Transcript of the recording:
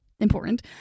important